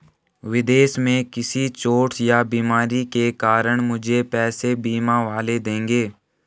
विदेश में किसी चोट या बीमारी के कारण मुझे पैसे बीमा वाले देंगे